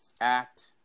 act